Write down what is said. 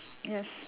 yes